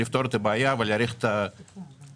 לפתור את הבעיה ולהאריך את התוקף,